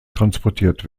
transportiert